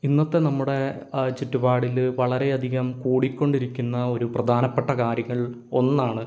ഇന്നത്തെ നമ്മുടെ ചുറ്റുപാടിൽ വളരെയധികം കൂടിക്കൊണ്ടിരിക്കുന്ന ഒരു പ്രധാനപ്പെട്ട കാര്യങ്ങൾ ഒന്നാണ്